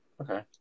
Okay